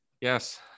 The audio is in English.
Yes